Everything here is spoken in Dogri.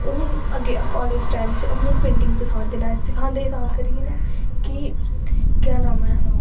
हून अग्गें कालेज टाईम च पेंटिंग सखांदे न सखांदे तां करियै न कि क्या नाम ऐ